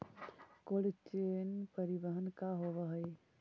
Cold chain परिवहन का होव हइ?